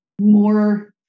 more